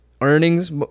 earnings